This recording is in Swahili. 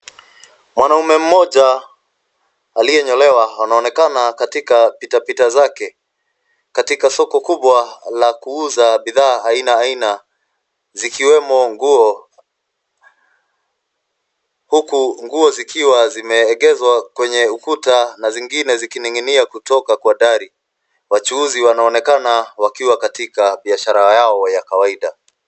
Mwanaume mmoja aliyenyolewa anaonekana katika pitapita zake katika soko kubwa la kuuza bidhaa aina aina zikiwemo nguo huku nguo zikiwa zimeegezwa kwenye ukuta na zingine zikining'inia kutoka kwa dari wachuuzi wanaonekana wakiwa katika biashara yao ya kawaida.